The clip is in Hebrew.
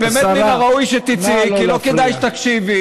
באמת מן הראוי שתצאי, כי לא כדאי שתקשיבי.